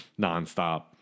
nonstop